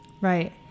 Right